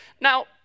Now